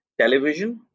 television